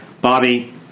Bobby